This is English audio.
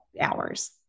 hours